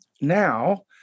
Now